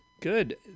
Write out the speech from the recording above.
good